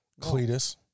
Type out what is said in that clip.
Cletus